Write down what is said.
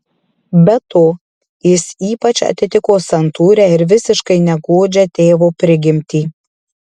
be to jis ypač atitiko santūrią ir visiškai negodžią tėvo prigimtį